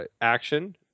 action